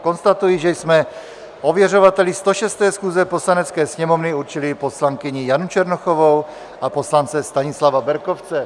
Konstatuji, že jsme ověřovateli 106. schůze Poslanecké sněmovny určili poslankyni Janu Černochovou a poslance Stanislava Berkovce.